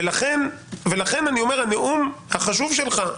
לכן הנאום החשוב שלך,